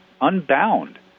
unbound